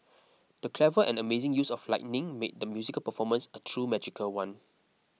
the clever and amazing use of lighting made the musical performance a truly magical one